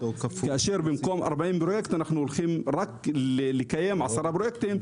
כאשר במקום 40 פרויקטים אנחנו הולכים לקיים רק 10 פרויקטים,